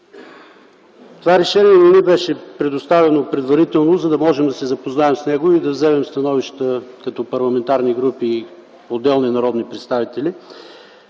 Това решение не ни беше предоставено предварително, за да можем да се запознаем с него и да вземем становище като парламентарни групи и отделни народни представители.